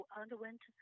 underwent